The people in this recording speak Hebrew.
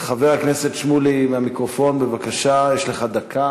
חבר הכנסת שמולי, מהמיקרופון בבקשה, יש לך דקה